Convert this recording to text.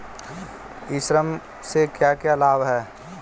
ई commerce से क्या क्या लाभ हैं?